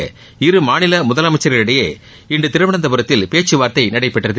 தமிழக இருமாநில முதலமைச்சர்களிடையே இன்று திருவனந்தபுரத்தில் பேச்சுவார்த்தை நடைபெற்றது